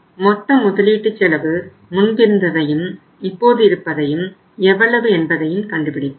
மொத்த முதலீட்டு செலவு முன்பிருந்ததையும் இப்போது இருப்பதையும் எவ்வளவு என்பதையும் கண்டுபிடிப்போம்